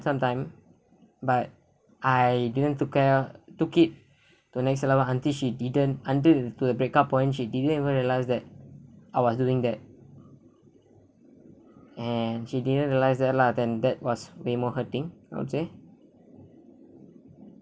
sometime but I didn't took care took it to the next level until she didn't until into the breaker points she didn't even realize that I was doing that and she didn't realize that lah than that was way more hurting I would say